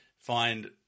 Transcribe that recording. find